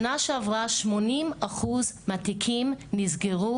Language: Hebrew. שנה שעברה 80 אחוז מהתיקים נסגרו,